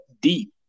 deep